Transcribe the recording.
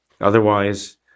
Otherwise